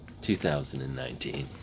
2019